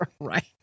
Right